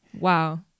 wow